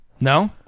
No